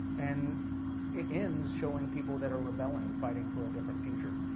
and it ends showing people that are rebelling, fighting for a different future,